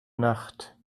nacht